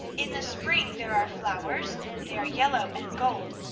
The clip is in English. in the spring there are flowers they are yellow and gold,